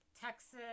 texas